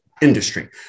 industry